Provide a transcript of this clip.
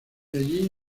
allí